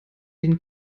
den